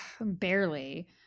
Barely